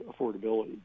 affordability